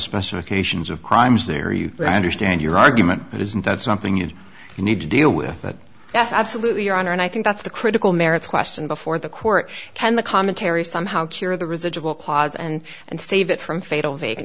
special occasions of crimes there you understand your argument but isn't that something you need to deal with that yes absolutely your honor and i think that's the critical merits question before the court can the commentary somehow cure the residual clause and and save it from fatal vague